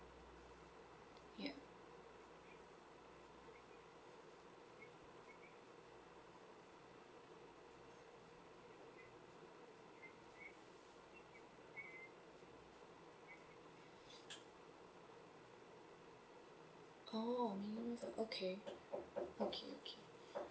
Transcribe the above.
ya oh okay okay okay